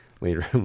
later